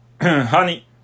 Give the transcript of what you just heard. honey